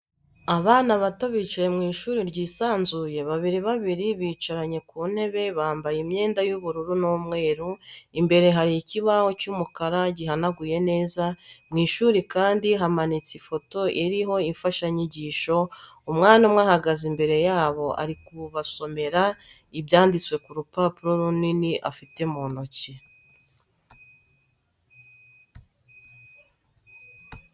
Abana bato bicaye mu ishuri ryisanzuye babiri babiri bicaranye ku ntebe bambaye imyenda y'ubururu n'umweru, imbere hari ikibaho cy'umukara gihanaguye neza, mu ishuri kandi hamanitse ifoto ariho imfashanyigisho, umwana umwe ahagaze imbere yabo ari kubasomera ibyanditse ku rupapuro runini afite mu ntoki.